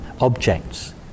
objects